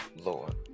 Lord